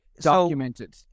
documented